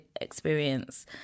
experience